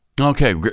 Okay